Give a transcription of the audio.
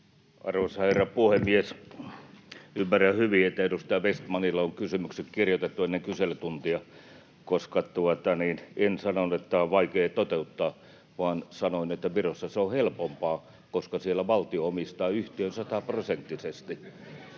Arvoisa herra puhemies! Ymmärrän hyvin, että edustaja Vestmanilla on kysymykset kirjoitettu ennen kyselytuntia, koska en sanonut, että tämä on vaikea toteuttaa, vaan sanoin, että Virossa se on helpompaa, koska siellä valtio omistaa yhtiön sataprosenttisesti.